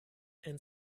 and